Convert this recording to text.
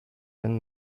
and